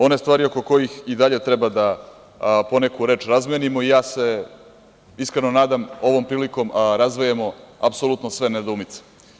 One stvari oko kojih i dalje treba da po neku reč razmenimo i ja se iskreno nadam ovom prilikom razvejemo apsolutno sve nedoumice.